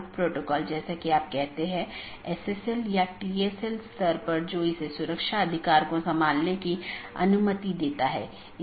वोह AS जो कि पारगमन ट्रैफिक के प्रकारों पर नीति प्रतिबंध लगाता है पारगमन ट्रैफिक को जाने देता है